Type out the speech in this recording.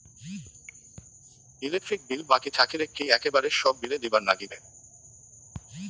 Electric bill বাকি থাকিলে কি একেবারে সব বিলে দিবার নাগিবে?